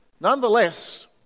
Nonetheless